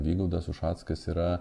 vygaudas ušackas yra